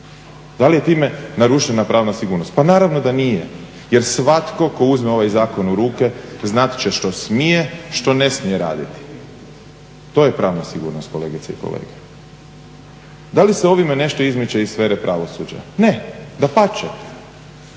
Da li je time narušena pravna sigurnost? Pa naravno da nije, jer svatko tko uzme ovaj zakon u ruke znat će što smije, što ne smije raditi. To je pravna sigurnost kolegice i kolege. Da li se ovime nešto izmiče iz sfere pravosuđa? Ne. Dapače,